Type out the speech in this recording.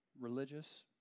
religious